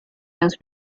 los